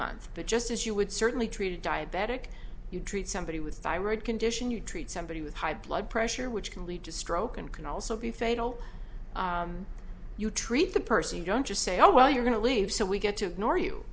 month but just as you would certainly treated diabetic you treat somebody with thyroid condition you treat somebody with high blood pressure which can lead to stroke and can also be fatal you treat the person you don't just say oh well you're going to leave so we get to ignore you